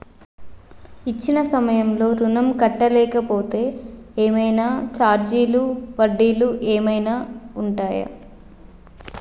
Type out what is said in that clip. ఇచ్చిన సమయంలో ఋణం కట్టలేకపోతే ఏమైనా ఛార్జీలు వడ్డీలు ఏమైనా ఉంటయా?